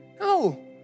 No